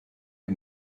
wir